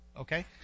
okay